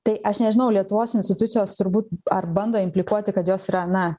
tai aš nežinau lietuvos institucijos turbūt ar bando implikuoti kad jos na